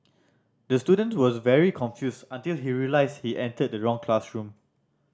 the student was very confused until he realised he entered the wrong classroom